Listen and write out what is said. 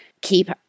keep